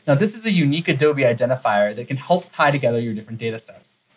this is a unique adobe identifier that can help tie together your different datasets.